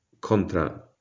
*Contra